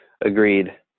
Agreed